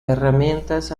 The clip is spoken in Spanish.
herramientas